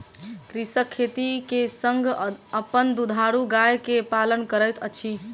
कृषक खेती के संग अपन दुधारू गाय के पालन करैत अछि